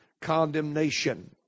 condemnation